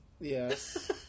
yes